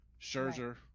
Scherzer